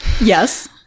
yes